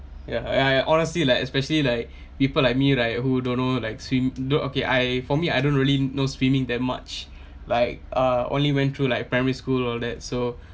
ya I I honestly like especially like people like me right who don't know like swim don't okay I for me I don't really know swimming that much like uh only went through like primary school all that so